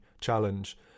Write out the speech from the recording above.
challenge